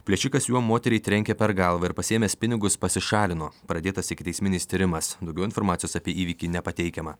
plėšikas juo moteriai trenkė per galvą ir pasiėmęs pinigus pasišalino pradėtas ikiteisminis tyrimas daugiau informacijos apie įvykį nepateikiama